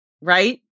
Right